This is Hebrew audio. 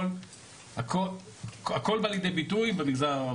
הכל בא לידי ביטוי במגזר הערבי.